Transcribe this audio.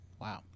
wow